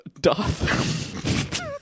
doth